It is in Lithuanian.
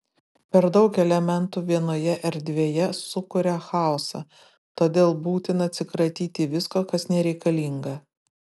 per daug elementų vienoje erdvėje sukuria chaosą todėl būtina atsikratyti visko kas nereikalinga